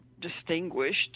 distinguished